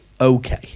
okay